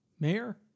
Mayor